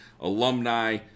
Alumni